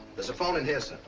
there's a phone in here,